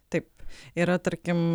taip yra tarkim